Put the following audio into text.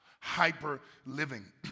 hyper-living